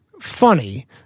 funny